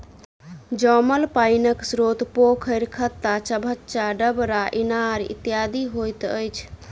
जमल पाइनक स्रोत पोखैर, खत्ता, चभच्चा, डबरा, इनार इत्यादि होइत अछि